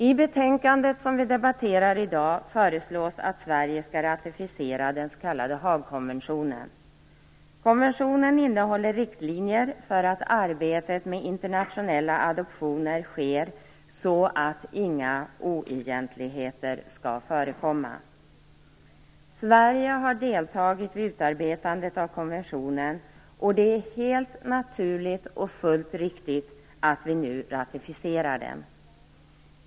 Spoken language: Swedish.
I betänkandet som vi debatterar i dag föreslås att Sverige skall ratificera den s.k. Haagkonventionen. Konventionen innehåller riktlinjer för att arbetet med internationella adoptioner sker så att inga oegentligheter skall förekomma. Sverige har deltagit vid utarbetandet av konventionen, och det är helt naturligt och fullt riktigt att vi nu ratificerar den.